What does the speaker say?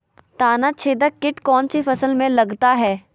तनाछेदक किट कौन सी फसल में लगता है?